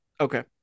Okay